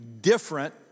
different